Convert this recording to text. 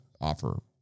offer